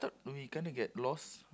thought we kind of get lost